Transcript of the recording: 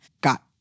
got